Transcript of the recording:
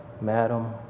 Madam